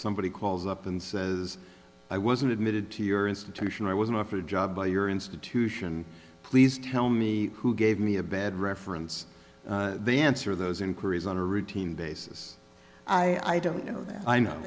somebody calls up and says i wasn't admitted to your institution i was offered a job by your institution please tell me who gave me a bad reference they answer those inquiries on a routine basis i don't know that i know